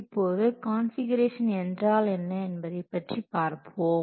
இப்போது கான்ஃபிகுரேஷன் என்றால் என்ன என்பதைப் பற்றி பார்ப்போம்